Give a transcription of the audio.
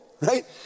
right